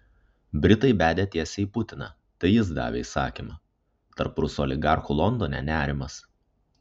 britai bedė tiesiai į putiną tai jis davė įsakymą tarp rusų oligarchų londone nerimas